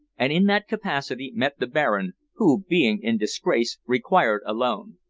and in that capacity met the baron, who, being in disgrace, required a loan.